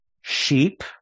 sheep